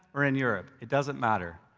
or in europe, it doesn't matter.